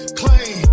claim